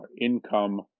income